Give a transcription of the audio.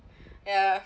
ya